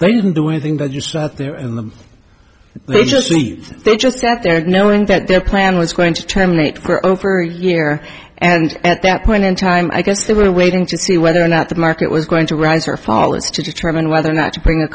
part they didn't do anything out there they just meet they just sat there knowing that their plan was going to terminate for over a year and at that point in time i guess they were waiting to see whether or not the market was going to rise or fall is to determine whether or not to bring a